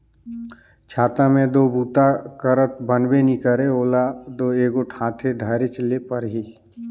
छाता मे दो बूता करत बनबे नी करे ओला दो एगोट हाथे धरेच ले परही